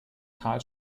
carl